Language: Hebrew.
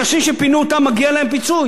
אנשים שפינו אותם מגיע להם פיצוי,